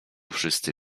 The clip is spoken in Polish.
wszyscy